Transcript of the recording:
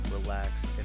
relax